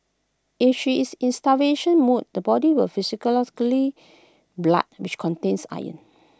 if she is in starvation mode the body will physiologically blood which contains iron